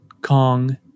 Kong